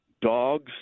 dogs